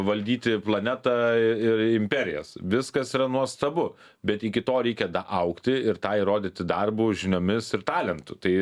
valdyti planetą ir imperijas viskas yra nuostabu bet iki to reikia daaugti ir tą įrodyti darbu žiniomis ir talentu tai